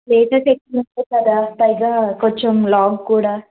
places ఎక్కువ అయినాయి కదా పైగా కొంచెం లాంగ్ కూడా